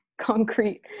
concrete